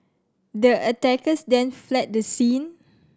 the attackers then fled the scene